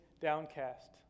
downcast